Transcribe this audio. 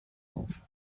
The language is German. auf